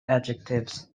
adjectives